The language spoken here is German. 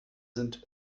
sind